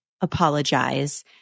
Apologize